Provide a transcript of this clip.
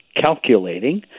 calculating